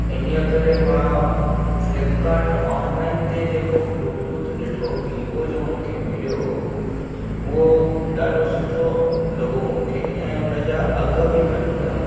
इन्हीअ करे मां फ्लिपकार्ट ऑनलाइन ते जेको ब्लूटूथ ॾिठो जेको वीवो जो मूंखे मिलियो उहो ॾाढो सुठो लॻो मूंखे ऐं उनजा अघि बि घटि हुया